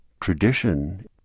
tradition